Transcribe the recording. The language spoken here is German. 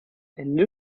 ende